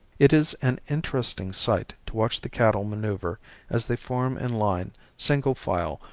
it is an interesting sight to watch the cattle maneuver as they form in line, single file,